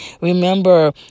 Remember